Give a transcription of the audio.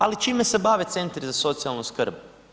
Ali čime se bave centri za socijalnu skrb?